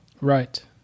Right